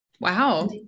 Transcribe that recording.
Wow